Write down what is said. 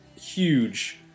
huge